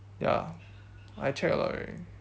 ya I checked a lot already